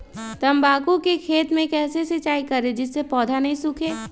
तम्बाकू के खेत मे कैसे सिंचाई करें जिस से पौधा नहीं सूखे?